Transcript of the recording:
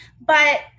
but-